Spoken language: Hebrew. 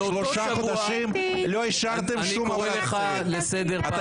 שלושה חודשים לא אישרתם שום --- אני קורא לך לסדר פעם ראשונה.